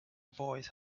voice